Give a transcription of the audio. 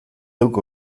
geuk